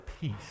peace